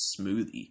smoothie